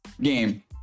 game